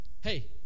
hey